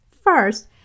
First